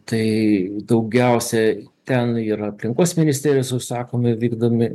tai daugiausia ten yra aplinkos ministerijos užsakomi vykdomi